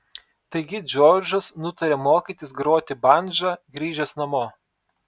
taigi džordžas nutarė mokytis groti bandža grįžęs namo